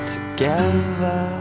Together